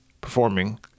performing